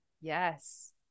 Yes